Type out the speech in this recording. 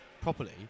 properly